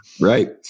Right